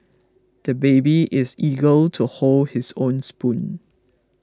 the baby is eager to hold his own spoon